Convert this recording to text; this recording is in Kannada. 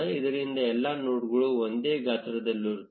ಇದರಿಂದ ಎಲ್ಲಾ ನೋಡ್ಗಳು ಒಂದೇ ಗಾತ್ರದಲ್ಲಿರುತ್ತವೆ